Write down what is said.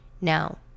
Now